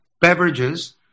beverages